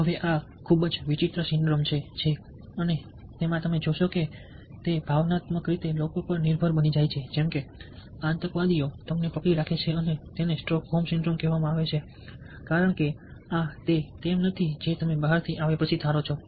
હવે આ ખૂબ જ વિચિત્ર સિન્ડ્રોમ છે અને તમે જોશો કે તેઓ ભાવનાત્મક રીતે લોકો પર નિર્ભર બની જાય છે જેમકે આતંકવાદીઓ તેમને પકડી રાખે છે અને તેને સ્ટોકહોમ સિન્ડ્રોમ કહેવામાં આવે છે કારણ કે આ તે તમે નથી જે તમે બહાર આવ્યા પછી ધારો છો